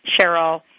Cheryl